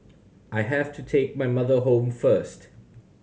I have to take my mother home first